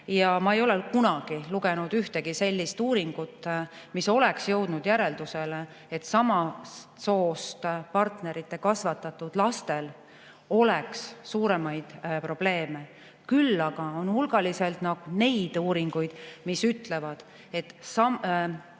Ja ma ei ole kunagi lugenud ühtegi sellist uuringut, mis oleks jõudnud järeldusele, et samast soost partnerite kasvatatud lastel oleks see suur probleem. Küll aga on hulgaliselt neid uuringuid, mis ütlevad, et LGBTQ+